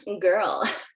Girl